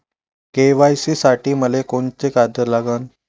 KYC साठी मले कोंते कागद लागन?